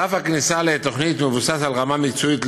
סף הכניסה לתוכנית מבוסס על רמה מקצועית.